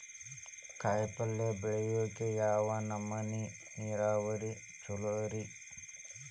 ಕಾಯಿಪಲ್ಯ ಬೆಳಿಯಾಕ ಯಾವ್ ನಮೂನಿ ನೇರಾವರಿ ಛಲೋ ರಿ?